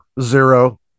Zero